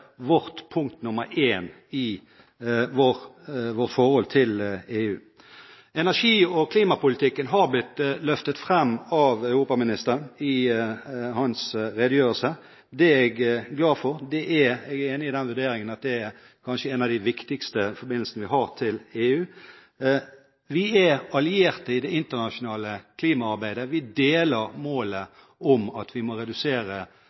punkt nr. 1 i vårt forhold til EU. Energi- og klimapolitikken har blitt løftet fram av europaministeren i hans redegjørelse. Det er jeg glad for. Jeg er enig i den vurderingen at det kanskje er en av de viktigste forbindelsene vi har til EU. Vi er allierte i det internasjonale klimaarbeidet – vi deler målet om at den globale oppvarmingen ikke skal stige med mer enn to grader. Vi